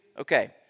Okay